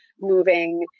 moving